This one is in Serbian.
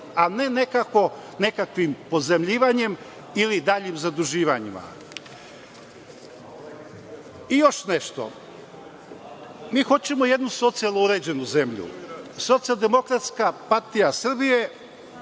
a ne nekakvim pozajmljivanjem i daljim zaduživanjem. Još nešto, mi hoćemo jednu socijalno uređenu zemlju. Socijaldemokratska partija Srbije